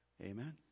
Amen